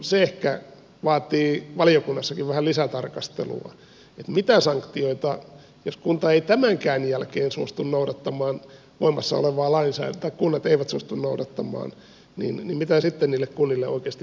se ehkä vaatii valiokunnassakin vähän lisätarkastelua että mitä sanktioita on jos kunnat eivät tämänkään jälkeen suostu noudattamaan voimassa olevaa lainsäädäntöä mitä sitten niille kunnille oikeasti pitäisi tehdä